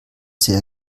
sehr